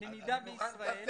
לשלוש ללמידה בישראל.